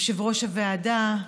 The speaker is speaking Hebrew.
יושב-ראש הוועדה,